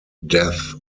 death